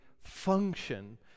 function